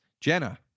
Jenna